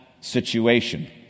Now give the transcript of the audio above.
situation